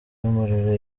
y’umuriro